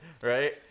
right